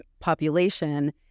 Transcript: population